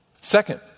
Second